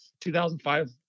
2005